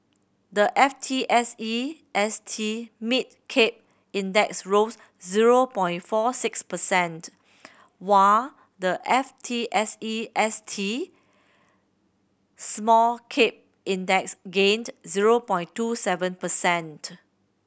the F T S E S T Mid Cap Index rose zero point four six percent while the F T S E S T Small Cap Index gained zero point two seven percent